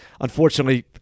unfortunately